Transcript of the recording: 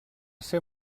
ser